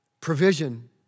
provision